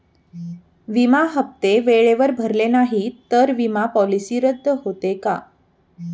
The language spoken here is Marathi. विमा हप्ते वेळेवर भरले नाहीत, तर विमा पॉलिसी रद्द होते का?